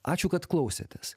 ačiū kad klausėtės